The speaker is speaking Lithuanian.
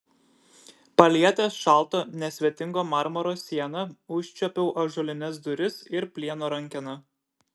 palietęs šalto nesvetingo marmuro sieną užčiuopiau ąžuolines duris ir plieno rankeną